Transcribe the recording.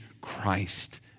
Christ